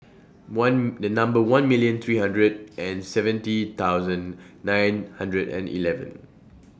one The Number one million three hundred and seventy thousand nine hundred and eleven